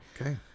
Okay